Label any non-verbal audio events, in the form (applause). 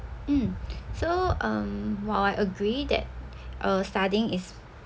mm (breath) so um while I agree that uh studying is